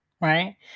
right